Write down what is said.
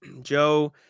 Joe